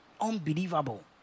unbelievable